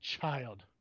child